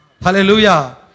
Hallelujah